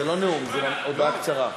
זה לא נאום, זו הודעה קצרה.